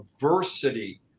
diversity